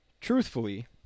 truthfully